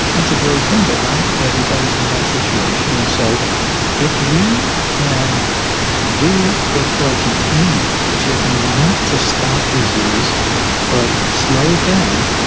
that's a great thing, but not everybody's in that situation. and so if you can do what's called containment, which is not to stop disease but slow it down,